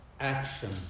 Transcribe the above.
Action